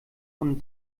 von